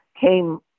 came